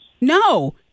No